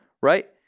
right